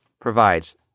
provides